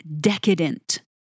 decadent